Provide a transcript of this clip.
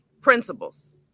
Principles